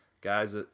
Guys